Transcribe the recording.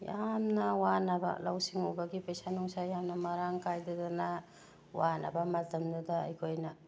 ꯌꯥꯝꯅ ꯋꯥꯅꯕ ꯂꯧ ꯁꯤꯡ ꯎꯕꯒꯤ ꯄꯩꯁꯥ ꯅꯨꯡꯁꯥ ꯌꯥꯝꯅ ꯃꯔꯥꯡ ꯀꯥꯏꯗꯗꯅ ꯋꯥꯅꯕ ꯃꯇꯝꯗꯨꯗ ꯑꯩꯈꯣꯏꯅ